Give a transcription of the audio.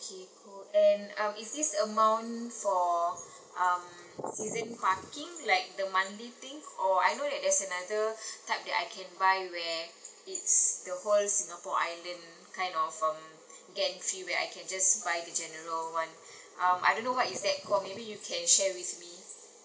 okay cool and um is this amount for um season parking like the monthly thing or I know that there's another type that I can buy where it's the whole singapore island kind of um where I can just buy the general one um I don't know what is that call maybe you can share with me